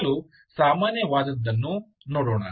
ಮೊದಲು ಸಾಮಾನ್ಯವಾದದ್ದನ್ನು ನೋಡೋಣ